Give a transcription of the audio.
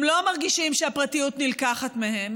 הם לא מרגישים שהפרטיות נלקחת מהם,